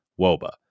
woba